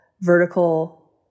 vertical